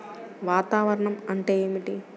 వాతావరణం అంటే ఏమిటి?